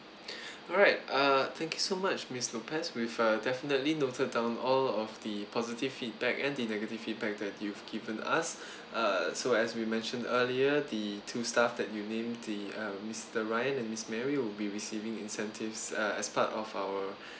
alright uh thank you so much miss lopez we've uh definitely noted down all of the positive feedback and the negative feedback that you've given us uh so as we mentioned earlier the two staff that you named the um mister ryan and miss mary will be receiving incentives uh as part of our